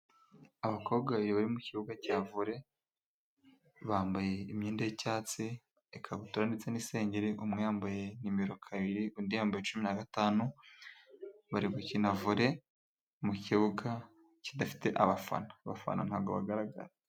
Abakobwa babiri bari mu kibuga cya vole bambaye imyenda y'icyatsi, ikabutura ndetse n'isengeri, umwe yambaye nimero kabiri undi yambaye cumi na gatanu, bari gukina vole mu kibuga kidafite abafana. Abafana ntabwo bagaragara.